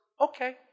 okay